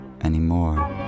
anymore